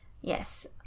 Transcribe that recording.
yes